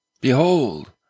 Behold